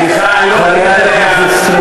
למה אתה מגן על זה?